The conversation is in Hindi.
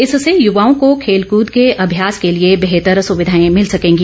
इससे युवाओं को खेलकद के अभ्यास के लिए बेहतर सुविधाएं मिल संकेंगी